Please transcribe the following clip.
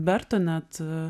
verta net